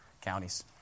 counties